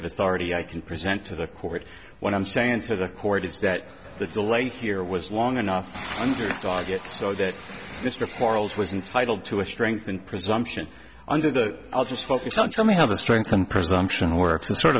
of authority i can present to the court what i'm saying to the court is that the delay here was long enough under god yet so did mr portals was entitle to a strengthened presumption under the i'll just focus on tell me how to strengthen presumption works and sort